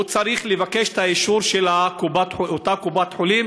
הוא צריך לבקש את האישור של אותה קופת-חולים